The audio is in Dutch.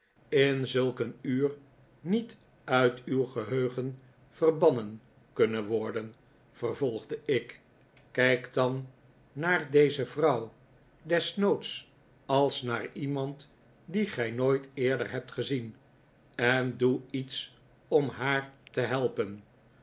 in zulk een uur niet uit uw geheugen verbannen kunnen worden vervolgde ik kijk dan naar deze vrouw desnoods als naar iemand die gij nooit eerder hebt gezien en doe iets om haar te helpen